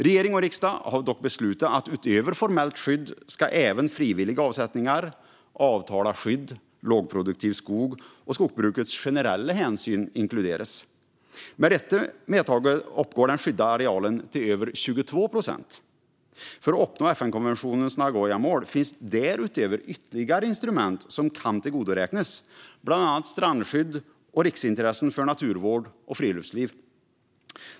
Regering och riksdag har dock beslutat att utöver formellt skydd ska även frivilliga avsättningar, avtalat skydd, lågproduktiv skog och skogsbrukets generella hänsyn inkluderas. Med detta medtaget uppgår den skyddade arealen till över 22 procent. För att uppnå FN-konventionens Nagoyamål finns därutöver ytterligare instrument som kan tillgodoräknas, bland annat strandskydd och riksintressen för naturvård och friluftsliv.